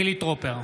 חילי טרופר,